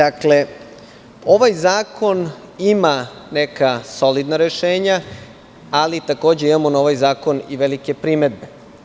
Ovaj zakon ima neka solidna rešenja, ali, takođe, imamo na ovaj zakon i velike primedbe.